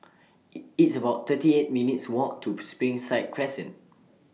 IT It's about thirty eight minutes' Walk to Springside Crescent